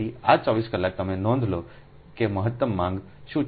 તેથી આ 24 કલાક તમે નોંધ લો કે મહત્તમ માંગ શું છે